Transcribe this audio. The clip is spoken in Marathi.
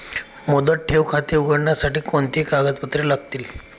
मुदत ठेव खाते उघडण्यासाठी कोणती कागदपत्रे लागतील?